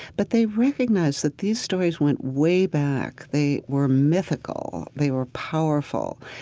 but they recognized that these stories went way back. they were mythical, they were powerful,